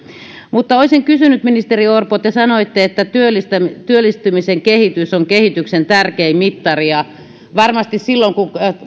ministeri orpo te sanoitte että työllistymisen kehitys on kehityksen tärkein mittari varmasti silloin kun